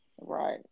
right